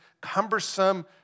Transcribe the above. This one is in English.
cumbersome